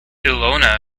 ilona